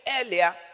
earlier